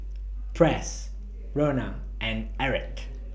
Press Rhona and Erick